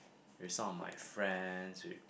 with some of my friends with